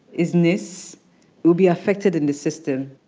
his niece will be affected in the system